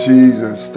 Jesus